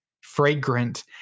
fragrant